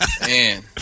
Man